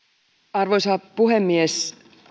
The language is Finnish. arvoisa puhemies